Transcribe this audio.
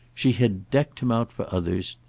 she had decked him out for others,